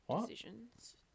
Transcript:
decisions